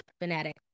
fanatic